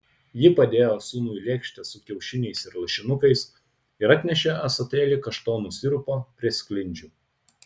ji padėjo sūnui lėkštę su kiaušiniais ir lašinukais ir atnešė ąsotėlį kaštonų sirupo prie sklindžių